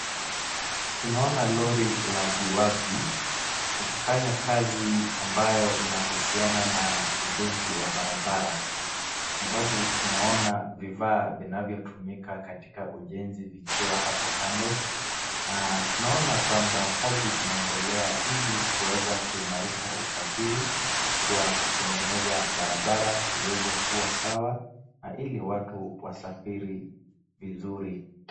Tunaona lori la viwavi likifanya kazi ambayo inahusiana na ujenzi wa barabara, kwa sababu tunaona vifaa vinavyotumika katika ujenzi vikiwa hapo kando na tunaona kwamba kazi inaendelea ili kuweza kuimarisha usafiri Kwa kutengeneza barabara iweze kuwa sawa ili watu wasafiri vizuri.